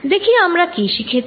দেখি আমরা কি শিখেছি